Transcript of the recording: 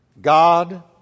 God